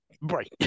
Right